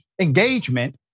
engagement